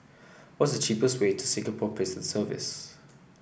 what is the cheapest way to Singapore Prison Service